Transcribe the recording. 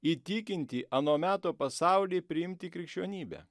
įtikinti ano meto pasaulį priimti krikščionybę